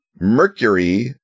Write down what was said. Mercury